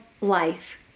life